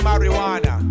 Marijuana